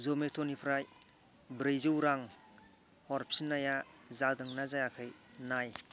जमेट'निफ्राय ब्रैजौ रां हरफिन्नाया जादोंना जायाखै नाय